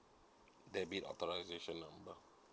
debit authorization number